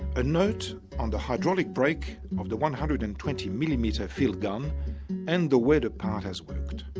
a note on the hydraulic brake of the one hundred and twenty millimetre field gun and the way the part has worked